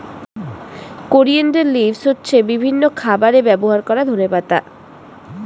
coriander leaves হচ্ছে বিভিন্ন খাবারে ব্যবহার করা ধনেপাতা